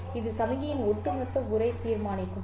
இது சமிக்ஞையின் ஒட்டுமொத்த உறை தீர்மானிக்கும் சரி